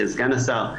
של סגן השר,